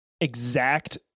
exact